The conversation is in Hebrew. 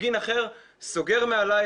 מפגין אחר סוגר מעלי,